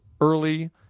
early